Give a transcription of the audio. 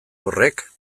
horrek